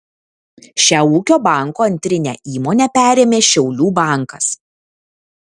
šią ūkio banko antrinę įmonę perėmė šiaulių bankas